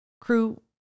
crew